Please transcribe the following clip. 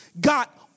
got